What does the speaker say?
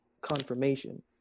confirmation